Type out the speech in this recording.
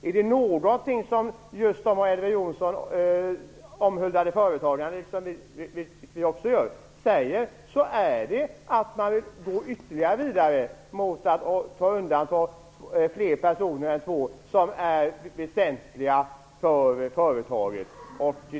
Är det någonting som de av Elver Jonsson och även av oss omhuldade företagarna säger så är det att man vill gå vidare mot att undanta fler personer än två som är väsentliga för företaget.